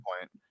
point